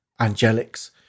angelics